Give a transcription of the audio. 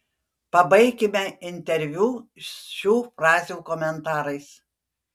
pabaikime interviu šių frazių komentarais